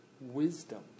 wisdom